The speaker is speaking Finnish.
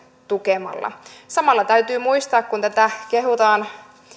tukemalla samalla täytyy muistaa kun tätä kehutaan